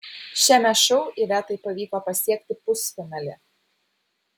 šiame šou ivetai pavyko pasiekti pusfinalį